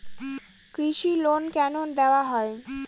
কৃষি লোন কেন দেওয়া হয়?